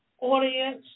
audience